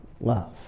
love